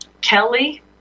Kelly